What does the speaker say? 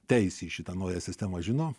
teisę į šitą naują sistemą žino